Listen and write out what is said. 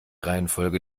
reihenfolge